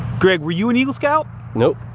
gregg were you an eagle scout nope